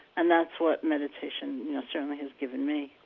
and that's what meditation you know certainly has given me.